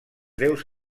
déus